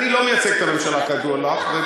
אני לא מייצג את הממשלה, כידוע לך.